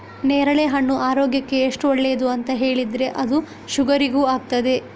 ನೇರಳೆಹಣ್ಣು ಆರೋಗ್ಯಕ್ಕೆ ಎಷ್ಟು ಒಳ್ಳೇದು ಅಂತ ಹೇಳಿದ್ರೆ ಅದು ಶುಗರಿಗೂ ಆಗ್ತದೆ